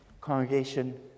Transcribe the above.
congregation